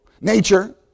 Nature